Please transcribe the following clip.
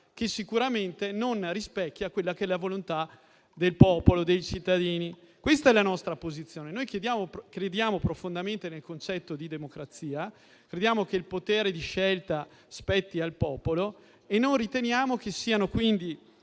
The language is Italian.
che sicuramente non rispecchia la volontà del popolo e dei cittadini. Questa è la nostra posizione. Noi crediamo profondamente nel concetto di democrazia. Crediamo che il potere di scelta spetti al popolo e non riteniamo che siano quindi